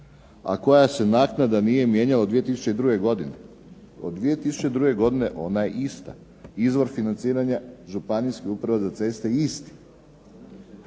a koja se naknada nije mijenjala od 2002. godine. Od 2002. godine ona je ista. Izvor financiranja županijskih uprava za ceste je isti.